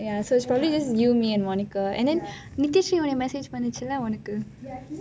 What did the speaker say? ya so then is just you me and monica and then nitish உம் உனக்கு:um unakku message பன்னச்சுலை உனக்கு:pannachu lei unakku